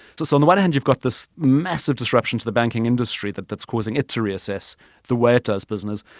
so so on the one hand you've got this massive disruption to the banking industry that is causing it to reassess the way it does business,